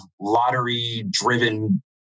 lottery-driven